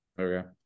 okay